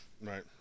Right